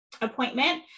appointment